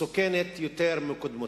מסוכנת יותר מקודמותיה,